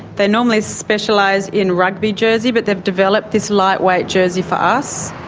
they normally specialise in rugby jersey but they have developed this lightweight jersey for us.